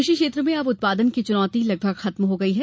कृषि क्षेत्र में अब उत्पादन की चुनौती लगभग खत्म हो गई है